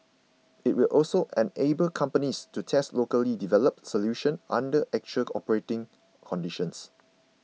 it will also enable companies to test locally developed solutions under actual operating conditions